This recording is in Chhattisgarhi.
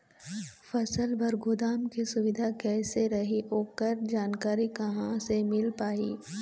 फसल बर गोदाम के सुविधा कैसे रही ओकर जानकारी कहा से मिल पाही?